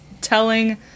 telling